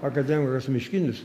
akademikas miškinis